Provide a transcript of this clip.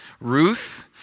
Ruth